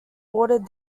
watered